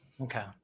Okay